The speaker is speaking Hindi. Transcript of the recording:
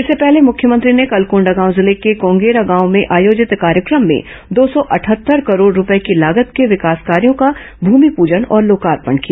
इससे पहले मुख्यमंत्री ने कल कोंडागांव जिले के कोंगेरा गांव में आयोजित कार्यक्रम में दो सौ अटहत्तर करोड़ रूपये की लागत के विकास कार्यों का भूमिपूजन और लोकार्पण किया